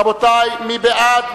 רבותי, מי בעד?